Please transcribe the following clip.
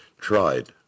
tried